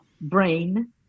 brain